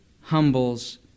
humbles